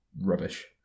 rubbish